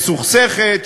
מסוכסכת,